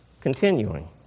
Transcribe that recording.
continuing